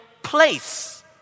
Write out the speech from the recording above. place